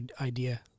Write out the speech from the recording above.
idea